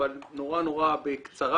אבל נורא נורא בקצרה,